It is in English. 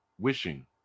Wishing